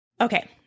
Okay